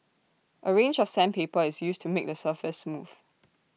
A range of sandpaper is used to make the surface smooth